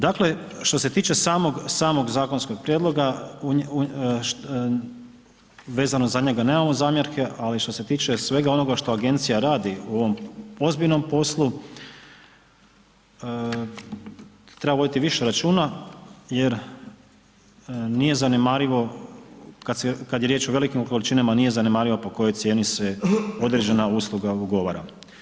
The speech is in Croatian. Dakle, što se tiče samog, samog zakonskog prijedloga, vezano za njega nemamo zamjerke, ali što se tiče svega onoga što agencija radi u ovom ozbiljnom poslu, treba voditi više računa jer nije zanemarivo, kad je riječ o velikim količinama, nije zanemarivo po kojoj cijeni se određena usluga ugovara.